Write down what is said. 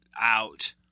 out